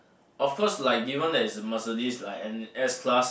of course like even as Mercedes like an S class